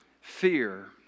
Fear